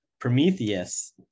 Prometheus